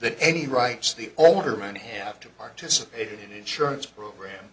than any rights the alderman have to participate in insurance program